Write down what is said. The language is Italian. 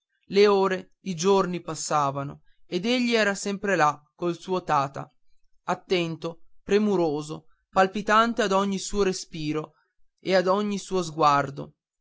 le ore i giorni passavano ed egli era sempre là col suo tata attento premuroso palpitante ad ogni suo sospiro e ad ogni suo sguardo